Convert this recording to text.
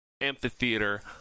amphitheater